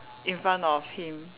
in front of him